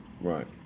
Right